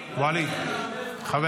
מוותר.